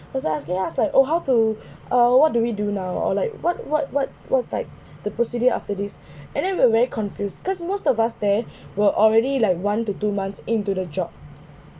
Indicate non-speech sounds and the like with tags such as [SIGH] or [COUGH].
was asking us like oh how to [BREATH] uh what do we do now or like what what what what's like the procedure after this [BREATH] and then we were very confused cause most of us there [BREATH] were already like one to two months into the job